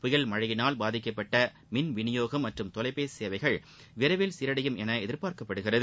புயல் மழையினால் பாதிக்கப்பட்ட மின்விநியோகம் மற்றும் தொலைபேசி சேவைகள் விரைவில் சீரடையும் என எதிர்பார்க்கப்படுகிறது